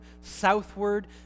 southward